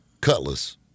Cutlass